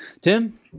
Tim